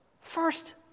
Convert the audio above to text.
First